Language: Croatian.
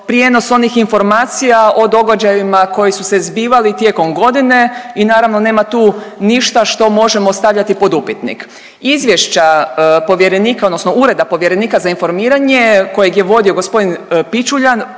prijenos onih informacija o događajima koji su se zbivali tijekom godine i naravno nema tu ništa što možemo stavljati pod upitnik. Izvješća povjerenika odnosno ureda povjerenika za informiranje kojeg je vodio gospodin Pičuljan,